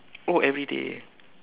oh everyday